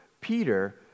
Peter